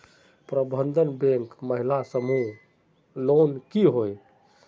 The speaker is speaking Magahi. प्रबंधन बैंक महिला समूह लोन की होय?